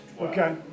Okay